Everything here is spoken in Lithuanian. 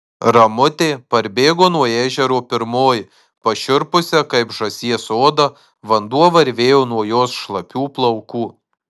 ramutė parbėgo nuo ežero pirmoji pašiurpusia kaip žąsies oda vanduo varvėjo nuo jos šlapių plaukų